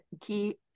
key